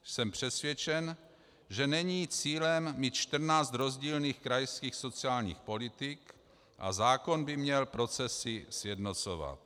Jsem přesvědčen, že není cílem mít 14 rozdílných krajských sociálních politik a zákon by měl procesy sjednocovat.